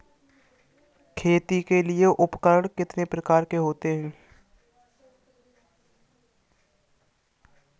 खेती के लिए उपकरण कितने प्रकार के होते हैं?